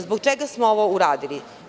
Zbog čega smo ovo uradili?